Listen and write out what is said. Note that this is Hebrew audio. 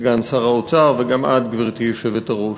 סגן שר האוצר וגם את, גברתי היושבת-ראש,